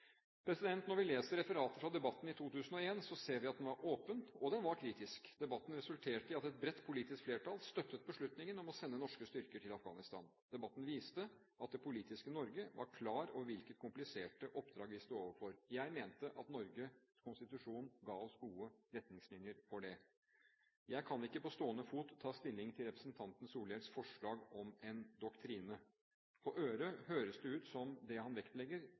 Når vi leser referatet fra debatten i 2001, ser vi at den var åpen og den var kritisk. Debatten resulterte i at et bredt politisk flertall støttet beslutningen om å sende norske styrker til Afghanistan. Debatten viste at det politiske Norge var klar over hvilket komplisert oppdrag vi sto overfor. Jeg mente at Norges konstitusjon ga oss gode retningslinjer for det. Jeg kan ikke på stående fot ta stilling til representanten Solhjells forslag om en doktrine. På øret høres det ut som om det han vektlegger,